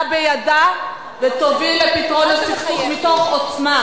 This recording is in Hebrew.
בידה ותוביל לפתרון הסכסוך מתוך עוצמה.